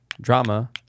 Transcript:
drama